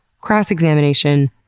cross-examination